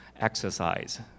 exercise